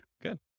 good